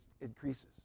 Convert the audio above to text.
increases